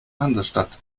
hansestadt